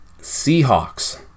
Seahawks